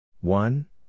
One